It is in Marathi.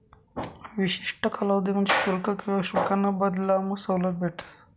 विशिष्ठ कालावधीसाठे शुल्क किवा शुल्काना बदलामा सवलत भेटस